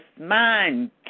mind